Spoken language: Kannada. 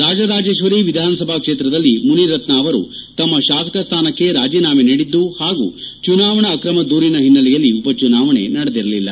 ರಾಜರಾಜೇಶ್ವರಿ ವಿಧಾನಕ್ಷೇತ್ರದಲ್ಲಿ ಮುನಿರತ್ನ ಅವರು ತಮ್ಮ ಶಾಸಕ ಸ್ಥಾನಕ್ಷೆ ರಾಜೀನಾಮೆ ನೀಡಿದ್ದು ಪಾಗೂ ಚುನಾವಣಾ ಅಕ್ರಮ ದೂರಿನ ಹಿನ್ನೆಲೆ ಉಪಚುನಾವಣೆ ನಡೆದಿರಲಿಲ್ಲ